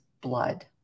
blood